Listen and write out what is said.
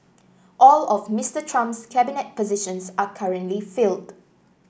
all of Mister Trump's cabinet positions are currently filled